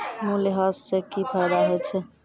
मूल्यह्रास से कि फायदा होय छै?